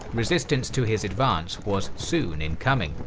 resistance to his advance was soon in coming.